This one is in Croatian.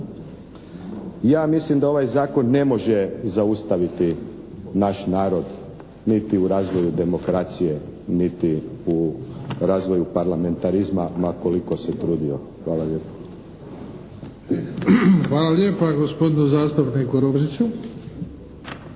Ja mislim da ovaj Zakon ne može zaustaviti naš narod niti u razvoju demokracije niti u razvoju parlamentarizma ma koliko se trudio. Hvala lijepo. **Bebić, Luka (HDZ)** Hvala lijepa gospodinu zastupniku Rožiću.